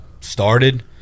started